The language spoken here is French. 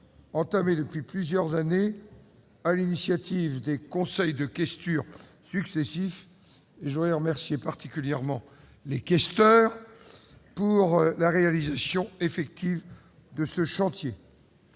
entamée depuis plusieurs années sur l'initiative des conseils de questure successifs. Je remercie tout particulièrement les questeurs de la réalisation effective de ce chantier.